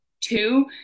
two